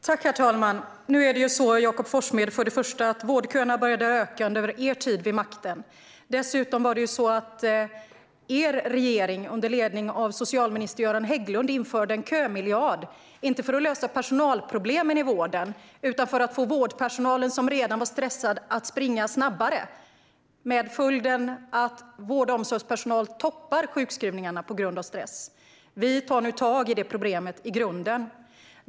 Herr talman! Till att börja med började vårdköerna öka under er tid vid makten, Jakob Forssmed. Dessutom införde er regering, under ledning av socialminister Göran Hägglund, en kömiljard. Det gjorde man inte för att lösa personalproblemen i vården utan för att få vårdpersonalen, som redan var stressad, att springa snabbare. Följden blev att vård och omsorgspersonal toppar sjukskrivningarna på grund av stress. Vi tar nu ett grundligt tag i det problemet.